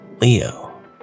Leo